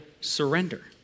surrender